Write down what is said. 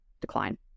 decline